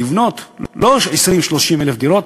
לבנות לא 20,000 30,000 דירות,